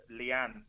Leanne